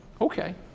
Okay